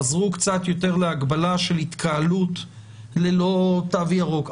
חזרו קצת יותר להגבלה של התקהלות ללא תו ירוק,